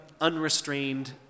unrestrained